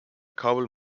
couple